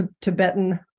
Tibetan